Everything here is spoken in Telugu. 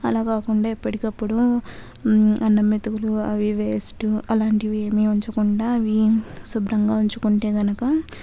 అలా కాకుండా ఎప్పటికప్పుడు అన్నం మెతుకులు అవి వెస్ట్ అలాంటివి ఏమీ ఉంచకుండా శుభ్రంగా ఉంచుకుంటే గనుక